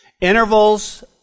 Intervals